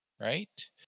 right